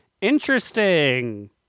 Interesting